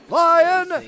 lion